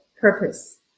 purpose